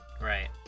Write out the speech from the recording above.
Right